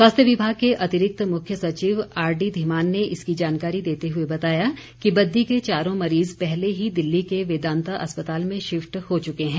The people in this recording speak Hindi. स्वास्थ्य विभाग के अतिरिक्त मुख्य सचिव आरडी धीमान ने इसकी जानकारी देते हुए बताया कि बद्दी के चारों मरीज पहले ही दिल्ली के वेदांता अस्पताल में शिफ्ट हो चुके हैं